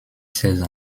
seize